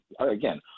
Again